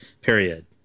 period